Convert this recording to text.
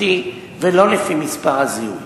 פרטי ולא לפי מספר הזיהוי,